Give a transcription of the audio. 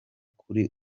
kuri